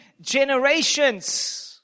generations